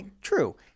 True